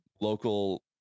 local